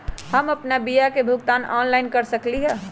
हम अपन बीमा के भुगतान ऑनलाइन कर सकली ह?